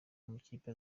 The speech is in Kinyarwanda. amakipe